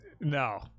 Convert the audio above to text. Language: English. No